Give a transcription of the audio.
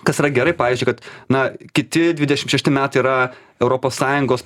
kas yra gerai pavyzdžiui kad na kiti dvidešim šešti metai yra europos sąjungos